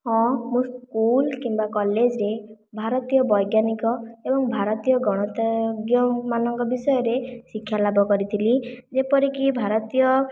ହଁ ମୁଁ ସ୍କୁଲ କିମ୍ବା କଲେଜ ରେ ଭାରତୀୟ ବୈଜ୍ଞାନିକ ଏବଂ ଭାରତୀୟ ଗଣିତଙ୍ଗ ମାନଙ୍କ ବିଷୟରେ ଶିକ୍ଷା ଲାଭ କରିଥିଲି ଯେପରିକି ଭାରତୀୟ